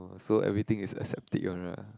oh so everything is accepted one lah